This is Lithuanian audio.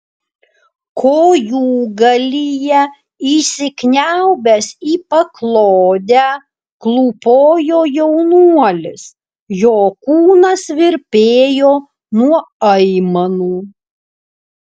kojūgalyje įsikniaubęs į paklodę klūpojo jaunuolis jo kūnas virpėjo nuo aimanų